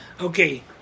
Okay